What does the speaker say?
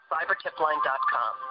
CyberTipLine.com